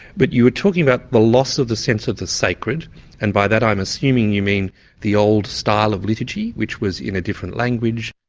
but you were talking about the loss of the sense of the sacred and by that i'm assuming you mean the old style of liturgy, which was in a different language.